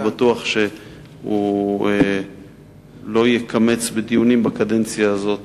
אני בטוח שהוא לא יקמץ בדיונים בקדנציה הזאת